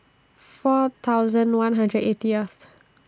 four thousand one hundred and eightieth